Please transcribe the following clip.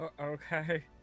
Okay